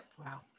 Wow